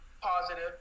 positive